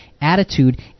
attitude